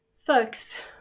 Folks